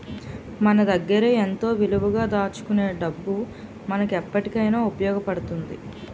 మన దగ్గరే ఎంతో విలువగా దాచుకునే డబ్బు మనకు ఎప్పటికైన ఉపయోగపడుతుంది